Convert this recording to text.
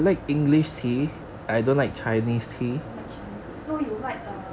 like chinese tea so you like err